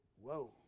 Whoa